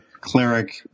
cleric